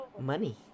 Money